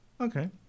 Okay